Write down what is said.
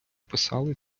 писали